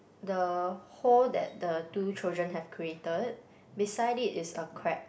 the hole that the two children have created beside it is a crab